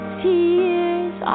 tears